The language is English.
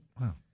Wow